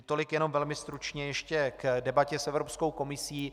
Tolik jenom velmi stručně ještě k debatě s Evropskou komisí.